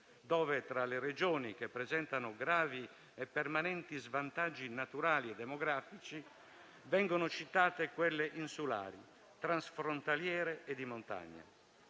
quale tra le regioni che presentano gravi e permanenti svantaggi naturali e demografici vengono citate quelle insulari, transfrontaliere e di montagna.